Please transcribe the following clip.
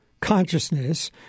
consciousness